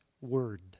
word